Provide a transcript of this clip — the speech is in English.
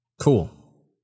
Cool